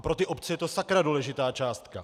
Pro ty obce je to sakra důležitá částka.